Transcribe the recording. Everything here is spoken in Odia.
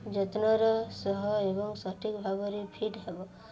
ଯତ୍ନର ସହ ଏବଂ ସଠିକ୍ ଭାବରେ ଫିଟ୍ ହେବ